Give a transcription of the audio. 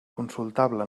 consultable